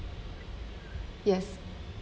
yes